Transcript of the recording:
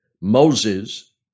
Moses